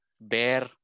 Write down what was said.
bear